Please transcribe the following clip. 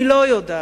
אני לא יודעת